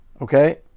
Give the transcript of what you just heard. Okay